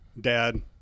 dad